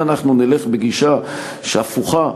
אם נלך בגישה הפוכה,